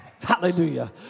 Hallelujah